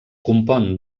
compon